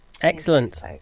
excellent